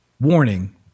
warning